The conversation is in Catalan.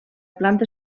planta